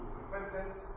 repentance